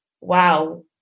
wow